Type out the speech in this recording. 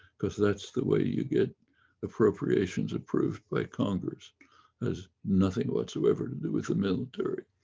because that's the way you get appropriations approved by congress has nothing whatsoever to do with the military,